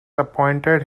appointed